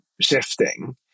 shifting